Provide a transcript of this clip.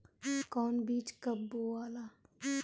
कौन बीज कब बोआला?